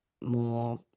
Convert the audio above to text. more